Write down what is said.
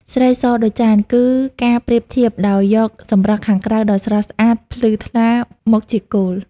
ស្រីសដូចចាន គឺការប្រៀបធៀបដោយយកសម្រស់ខាងក្រៅដ៏ស្រស់ស្អាត ភ្លឺថ្លា មកជាគោល។